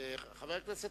אדוני היושב-ראש,